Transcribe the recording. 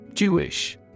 Jewish